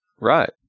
Right